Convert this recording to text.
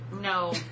No